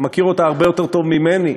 מכיר אותה הרבה יותר טוב ממני,